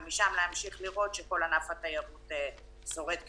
ומשם להמשיך לראות שכל ענף התיירות שורד כשרשור.